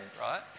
right